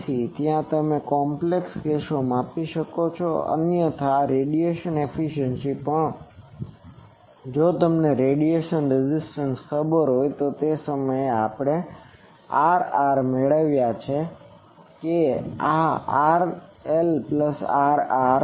તેથી ત્યાં તમે તે કોમ્પ્લેક્ષ જટિલcomplex કેસોમાં માપી શકો છો અન્યથા આ રેડિયેશન એફીસીયન્સી પણ જો તમને રેડિયેશન રેઝિસ્ટન્સ ખબર હોય તો તે સમય પણ આપણે આ Rr મેળવ્યા છે કે આ RL પ્લસ Rr